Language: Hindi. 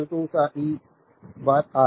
तो यह सा ई बात आर